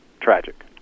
tragic